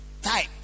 Type